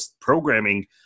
programming